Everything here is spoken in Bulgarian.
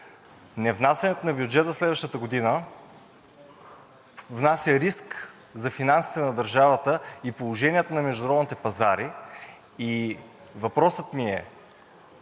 Невнасянето на бюджет за следващата година внася риск за финансите на държавата и положението на международните пазари. Въпросът ми е: